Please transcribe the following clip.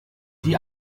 die